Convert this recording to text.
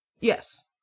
Yes